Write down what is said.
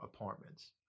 apartments